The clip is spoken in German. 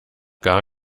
gar